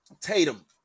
Tatum